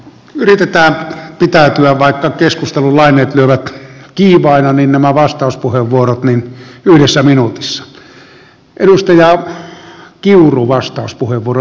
yrittää pitää tulevan on erittäin huonolaatuinen koulutus verrattuna siihen minkälainen koulutus meillä on suomessa